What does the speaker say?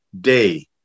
day